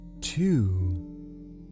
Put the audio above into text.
two